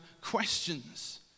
questions